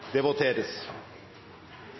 Det voteres